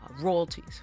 royalties